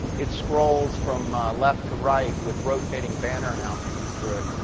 it scrolls from left to right with rotating banner announcements through it,